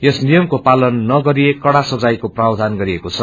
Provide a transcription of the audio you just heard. यस नियमक्रो पालन नगरिए कड़ा सजायको प्रावधान गरिएको छ